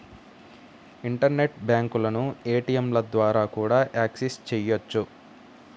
internet బ్యాంకులను ఏటీయంల ద్వారా కూడా యాక్సెస్ చెయ్యొచ్చు